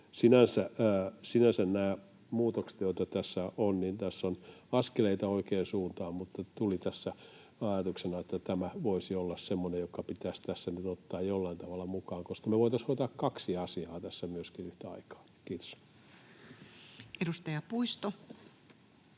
Sinänsä nämä muutokset, joita tässä on, ovat askeleita oikeaan suuntaan, mutta tuli tässä ajatuksena, että tämä voisi olla semmoinen, mikä pitäisi tässä nyt ottaa jollain tavalla mukaan, koska me voitaisiin ottaa tässä myöskin kaksi asiaa yhtä aikaa. — Kiitos. [Speech 38]